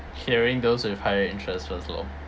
clearing those with higher interest first lor